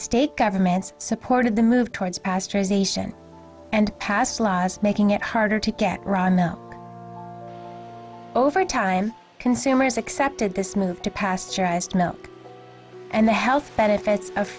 state governments supported the move towards pasteurization and passed last making it harder to get run over time consumers accepted this move to pasteurized milk and the health benefits of